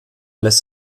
lässt